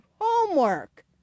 homework